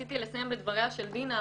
רציתי לסיים בדבריה של דינה,